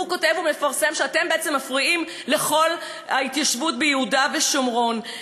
והוא מפרסם וכותב שאתם בעצם מפריעים לכל ההתיישבות ביהודה ושומרון.